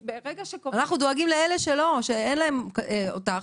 אנחנו דואגים לאלה שלא, אלה שאין להם אותך.